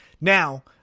Now